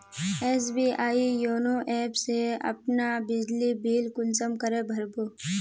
SBI YONO app से अपना बिजली बिल कुंसम करे भर बो?